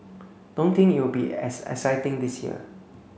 don't think it'll be as exciting this year